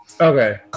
Okay